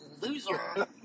loser